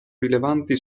rilevanti